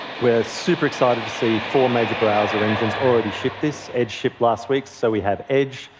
we're super excited to see four major browser engines already ship this. edge shipped last week. so we have edge,